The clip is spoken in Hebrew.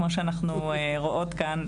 כמו שאנחנו רואות כאן,